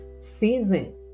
season